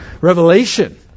Revelation